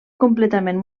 completament